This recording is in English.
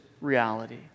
reality